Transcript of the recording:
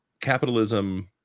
capitalism